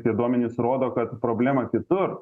tie duomenys rodo kad problema kitur